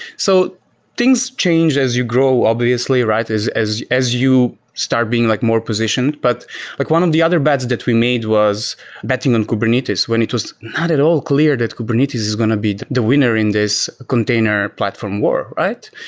so things change as you grow obviously, right? as as you start being like more positioned. but like one of the other bets that we made was betting in kubernetes when it was not at all clear that kubernetes is going to be the winner in this container platform war, right?